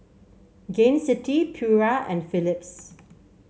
Gain City Pura and Philips